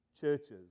churches